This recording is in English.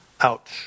Ouch